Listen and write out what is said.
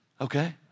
okay